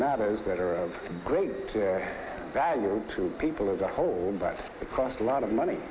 matters that are of great value to people as a whole but it cost a lot of money